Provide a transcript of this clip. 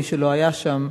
מי שלא היה שם,